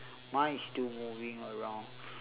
mine is still moving around